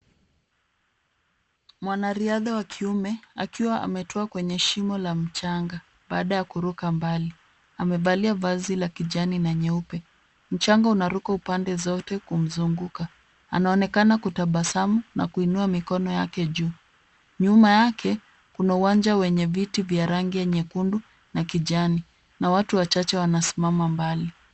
Mwanariadha wa kiume akiwa ametwaa kwenye shimo la mchanga baada ya kuruka mbali. Amevalia vazi la kijani na nyeupe. Mchanga unaruka upande zote kumzunguka. Anaonekana kutabasamu na kuinua mikono yake juu. Nyuma yake kuna uwanja wenye viti vya rangi nyekundu na kijani na watu wachache wanasimama mbali.